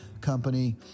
company